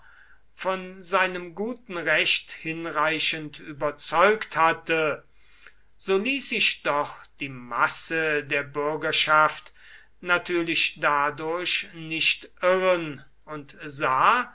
von seinem guten recht hinreichend überzeugt hatte so ließ sich doch die masse der bürgerschaft natürlich dadurch nicht irren und sah